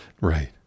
Right